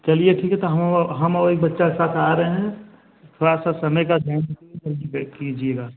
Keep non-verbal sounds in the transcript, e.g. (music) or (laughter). चलिए ठीक है तो हम हम और एक बच्चा साथ आ रहें हैं तोड़ा सा समय का ध्यान दीजिए (unintelligible) कीजिएगा